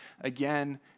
again